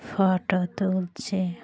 photo তুলছি